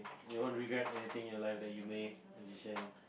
you won't regret anything your life that you made a decision